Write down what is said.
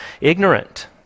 ignorant